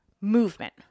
movement